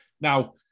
now